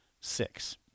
Six